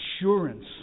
assurance